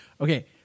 okay